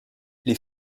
les